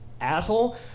asshole